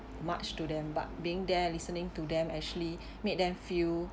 much to them but being there listening to them actually made them feel